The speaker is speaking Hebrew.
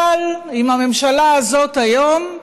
אבל עם הממשלה הזאת היום,